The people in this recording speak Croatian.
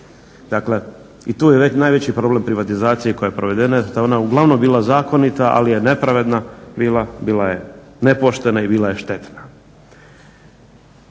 Dakle i tu je najveći problem privatizacije koja je provedena da je ona uglavnom bila zakonita, ali je nepravedna bila, bila je nepoštena i bila je štetna.